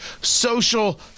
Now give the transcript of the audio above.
social